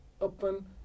open